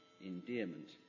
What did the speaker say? endearment